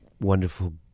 wonderful